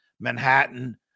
Manhattan